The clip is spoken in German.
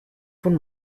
von